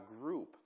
group